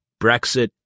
Brexit